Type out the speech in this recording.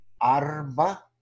Arba